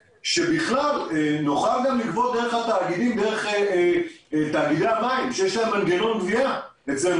שבכלל נוכל לגבות דרך תאגידי המים שיש להם מנגנון גבייה אצלנו.